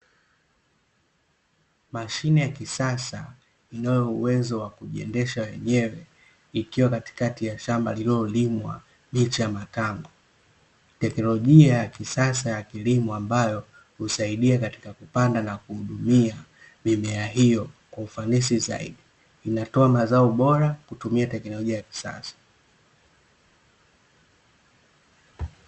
Mashine ya kisasa inayo uwezo ya kujiendesha yenyewe ikiwa katikati ya shamba lililolimwa miche ya matango, tekinolojia ya kisasa ya kilimo ambayo husaidia katika kupanda na kuhudumia mimea hiyo kwa ufanisi zaidi unatoa mazao bora kutumia tekinolojia ya kisasa.